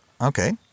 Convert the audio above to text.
okay